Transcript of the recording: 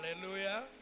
Hallelujah